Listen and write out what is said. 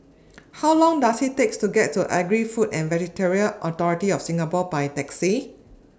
How Long Does IT Take to get to Agri Food and Veterinary Authority of Singapore By Taxi